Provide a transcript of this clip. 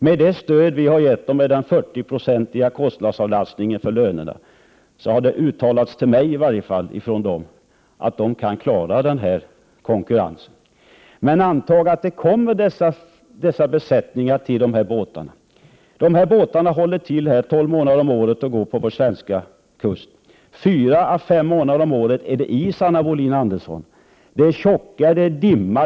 Med hjälp av det stöd vi har gett dessa båtägare och med hjälp av den 40-procentiga kostnadsavlastningen för lönerna har man från deras sida uttalat till mig att man kan klara konkurrensen. Antag att det kommer utländska besättningar till dessa båtar. Dessa båtar håller till här 12 månader om året och går på vår svenska kust. Fyra till fem månader om året, Anna Wohlin-Andersson, är det is, det är tjocka och dimma.